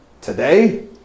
Today